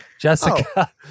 Jessica